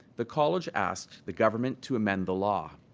the college asked the government to amend the law.